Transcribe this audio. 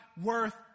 worth